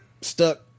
Stuck